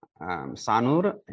Sanur